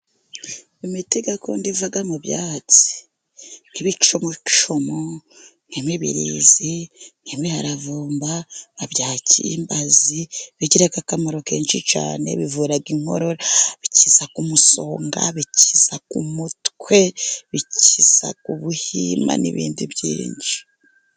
Imiti gakondo iva mu byatsi，nk'ibicumucumu， nk'imibirizi，nk’imiharavumba， bya kimbazi， bigira akamaro kenshi cyane， bivura inkorora， bikiza umusonga， bikiza umutwe， bikiza ubuhima n'ibindi byinshi.